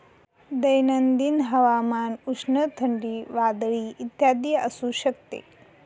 दैनंदिन हवामान उष्ण, थंडी, वादळी इत्यादी असू शकते